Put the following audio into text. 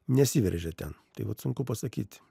nesiveržia ten tai vat sunku pasakyti